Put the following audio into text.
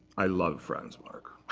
i love franz marc.